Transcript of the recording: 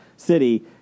City